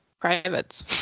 privates